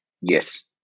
Yes